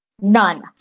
None